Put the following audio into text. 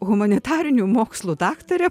humanitarinių mokslų daktarė